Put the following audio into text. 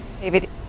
David